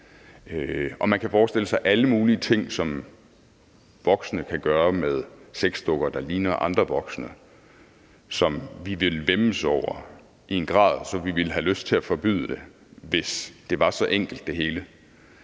og man kan forestille sig alle mulige ting, som voksne kan gøre med sexdukker, der ligner andre voksne, og som vi ville væmmes over i en grad, så vi ville have lyst til at forbyde det, hvis det hele var så enkelt. Jeg